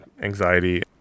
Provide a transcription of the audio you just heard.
anxiety